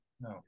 No